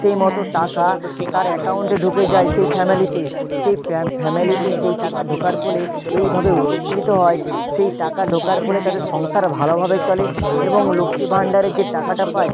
সেই মতো টাকা তার অ্যাকাউন্টে ঢুকে যায় সেই ফ্যামিলিতে সেই ফ্যামিলিতে সেই টাকা ঢোকার ফলে এইভাবে উপকৃত হয় সেই টাকা ঢোকার ফলে তাদের সংসার ভালোভাবে চলে এবং লক্ষ্মী ভাণ্ডারে যে টাকাটা পায়